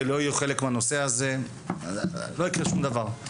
לא יהיו חלק מהנושא הזה לא יקרה שום דבר,